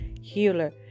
healer